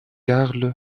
carl